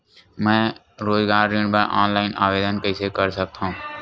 मैं रोजगार ऋण बर ऑनलाइन आवेदन कइसे कर सकथव?